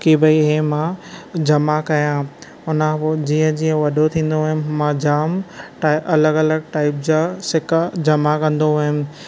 कि भई ही मां जमा कयां हुन खां पोइ जीअं जीअं वॾो थींदो वयमि मां जाम अलॻि अलॻि टाइप जा सिक्का जमा कंदो वयमि